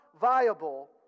viable